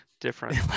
different